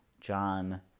John